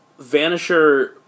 Vanisher